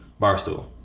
Barstool